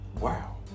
Wow